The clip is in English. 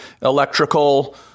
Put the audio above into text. electrical